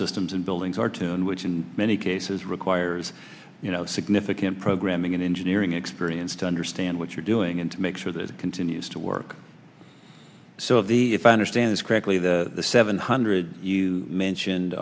systems and buildings are tuned which in many cases requires significant programming and engineering experience to understand what you're doing and to make sure that it continues to work so the if i understand this correctly the seven hundred you mentioned